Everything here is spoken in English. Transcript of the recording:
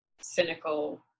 cynical